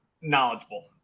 knowledgeable